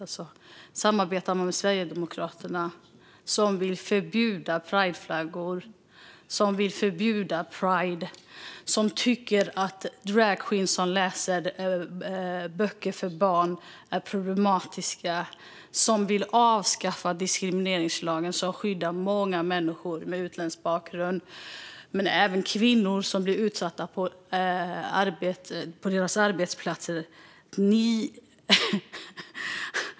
Ni samarbetar med Sverigedemokraterna, som vill förbjuda pride och prideflaggor, tycker att dragqueens som läser böcker för barn är problematiska och vill avskaffa diskrimineringslagen, som skyddar många människor med utländsk bakgrund men även kvinnor som blir utsatta på sina arbetsplatser.